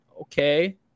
Okay